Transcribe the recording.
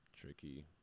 Tricky